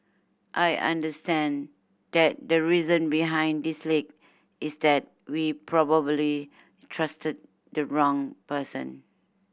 I understand that the reason behind this leak is that we probably trusted the wrong person